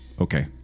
okay